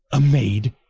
a maid?